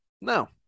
no